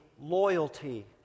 loyalty